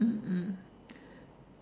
mm mm